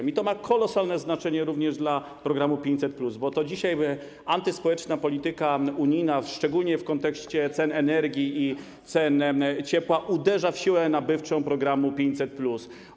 I to ma kolosalne znaczenie również dla programu 500+, bo to dzisiaj antyspołeczna polityka unijna, szczególnie w kontekście cen energii i cen ciepła, uderza w siłę nabywczą programu 500+.